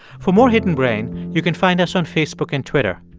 for more hidden brain, you can find us on facebook and twitter.